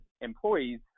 employees